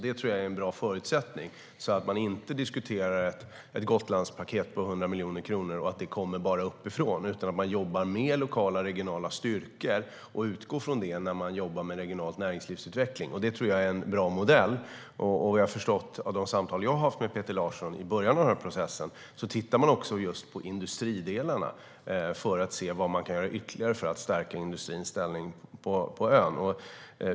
Det tror jag är en bra förutsättning, så att man inte diskuterar ett Gotlandspaket på 100 miljoner kronor som bara kommer uppifrån utan att man jobbar med regionala och lokala styrkor och utgår från det när man jobbar med regional näringslivsutveckling. Det tror jag är en bra modell. Vad jag har förstått av de samtal som jag har haft med Peter Larson i början av den här processen tittar man också på industridelarna för att se vad man kan göra ytterligare för att stärka industrins ställning på ön.